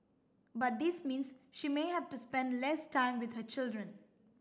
but this means she may have to spend less time with her children